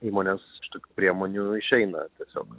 įmonės iš tokių priemonių išeina tiesiog